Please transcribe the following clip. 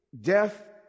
death